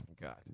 God